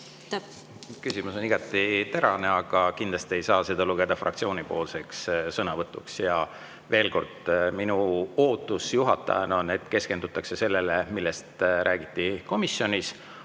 Küsimus on igati terane, aga kindlasti ei saa seda lugeda fraktsioonipoolseks sõnavõtuks. Veel kord: minu ootus juhatajana on, et keskendutakse sellele, millest räägiti komisjonis.